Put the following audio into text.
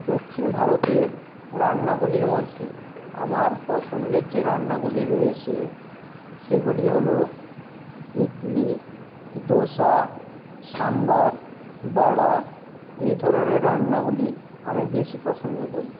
দক্ষিণ ভারতের রান্নাগুলির মধ্যে আমার পছন্দের যে রান্নাগুলি রয়েছে সেগুলি হল ইডলি দোসা সাম্বার বড়া এই ধরনের রান্নাগুলি আমি বেশি পছন্দ করি